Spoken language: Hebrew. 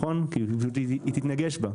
והיא תתנגש בה.